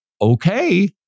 Okay